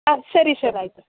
ಹಾಂ ಸರಿ ಸರ್ ಆಯಿತು